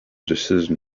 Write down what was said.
decision